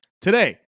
today